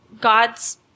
God's